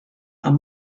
are